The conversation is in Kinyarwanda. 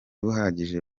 buhagije